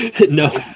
no